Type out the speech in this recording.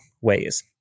ways